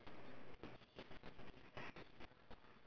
what are you working as how is it what drives you in